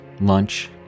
lunch